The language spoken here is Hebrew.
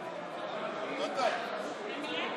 52, נגד,